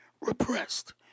repressed